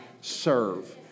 serve